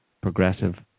progressive